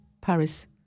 Paris